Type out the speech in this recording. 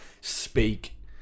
speak